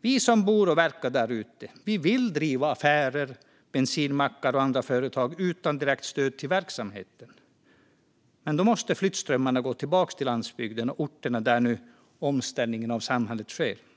Vi som bor och verkar där ute vill driva affärer, bensinmackar och andra företag utan direkt stöd till verksamheterna. Men då måste flyttströmmarna gå tillbaka till landsbygden och de orter där omställningen av samhället nu sker.